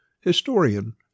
historian